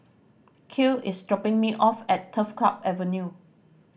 Kiel is dropping me off at Turf Club Avenue